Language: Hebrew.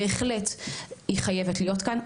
בהחלט היא חייבת להיות כאן,